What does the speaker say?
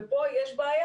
ופה יש בעיה.